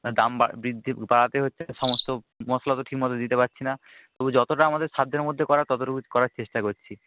দাম বৃদ্ধি বাড়াতে হচ্ছে সমস্ত মশলা তো ঠিক মতো দিতে পারছি না তবু যতোটা আমাদের সাধ্যের মধ্যে করার ততটুকু করার চেষ্টা করছি